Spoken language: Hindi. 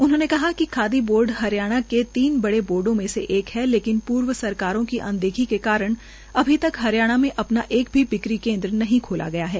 उन्होंने कहा कि खादी बोर्ड के तीन बड़े बोर्डो में एक है लेकिन पर्वसरकारों की अनदेखी के कारण अभी तक हरियाणा में अपना एक भी बिक्री केन्द नहीं खोला गया है